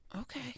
Okay